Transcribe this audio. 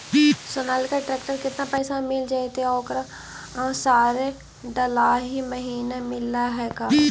Sonalika tractor केतना पैसा में मिल जइतै और ओकरा सारे डलाहि महिना मिलअ है का?